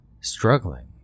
Struggling